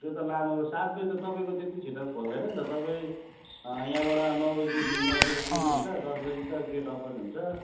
त्यो त लामो सात बजे त तपाईँको त्यति छिटो खोल्दैन नि त तपाईँ यहाँबाट नौ बजे निस्क्यो भने दस बजे पुग्नुहुन्छ दस बजे त गेट ओपन हुन्छ